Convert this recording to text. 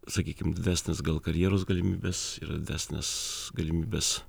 sakykim didesnės gal karjeros galimybės yra didesnės galimybės